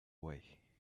way